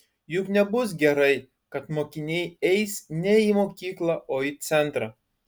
juk nebus gerai kad mokiniai eis ne į mokyklą o į centrą